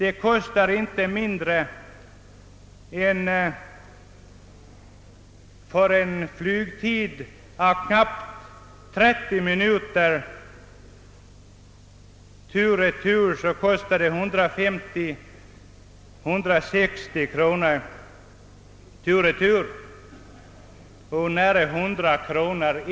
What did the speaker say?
En flygning mellan Stockholm och Visby tar knappt 30 minuter men sträckan kostar tur och retur 150 å 160 kronor och enkel resa cirka 100 kronor.